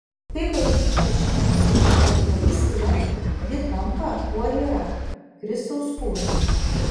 kai bažnyčia švenčia eucharistiją ji tampa kuo yra kristaus kūnu